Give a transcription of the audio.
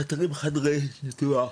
חסרים חדרי ניתוח,